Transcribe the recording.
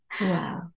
Wow